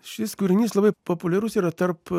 šis kūrinys labai populiarus yra tarp